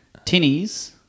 Tinnies